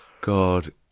God